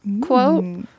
quote